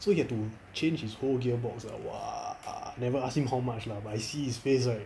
so he have to change his whole gear box lah !wah! never ask him how much lah but I see his face right